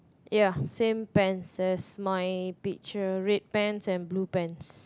ya same pants as my picture red pants and blue pants